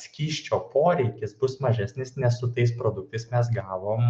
skysčio poreikis bus mažesnis nes su tais produktais mes gavom